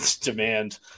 demand